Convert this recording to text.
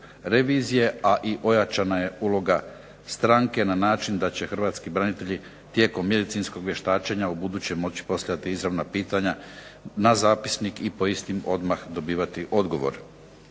revizije, a i ojačana je uloga stranke na način da će hrvatski branitelji tijekom medicinskog vještačenja ubuduće moći postavljati izravna pitanja na zapisnik i po istim odmah dobivati odgovor.